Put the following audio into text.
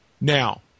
Now